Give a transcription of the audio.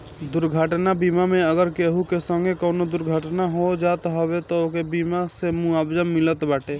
दुर्घटना बीमा मे अगर केहू के संगे कवनो दुर्घटना हो जात हवे तअ ओके बीमा से मुआवजा मिलत बाटे